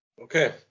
Okay